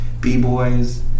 B-boys